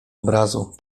obrazu